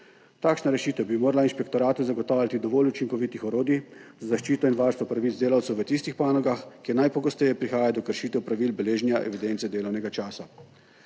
Takšna rešitev bi morala inšpektoratu zagotavljati dovolj učinkovitih orodij za zaščito in varstvo pravic delavcev v tistih panogah, kjer najpogosteje prihaja do kršitev pravil beleženja evidence delovnega časa.